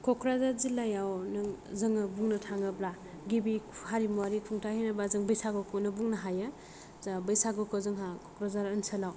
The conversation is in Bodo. क'क्राझार जिल्लायाव नों जोङो बुंनो थाङोब्ला गिबि हारिमुआरि खुंथाय होनोबा बैसागु खौनो होननो हायो बैसागु होनोब्ला जोंहा क'क्राझार ओन्सोलाव